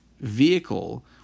vehicle